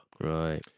right